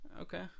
Okay